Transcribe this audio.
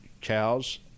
cows